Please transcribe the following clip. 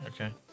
okay